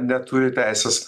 neturi teisės